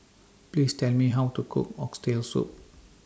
Please Tell Me How to Cook Oxtail Soup